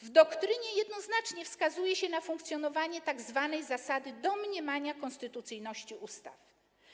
W doktrynie jednoznacznie wskazuje się na funkcjonowanie tzw. zasady domniemania konstytucyjności ustaw.